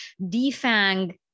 defang